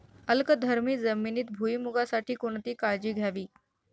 अल्कधर्मी जमिनीत भुईमूगासाठी कोणती काळजी घ्यावी?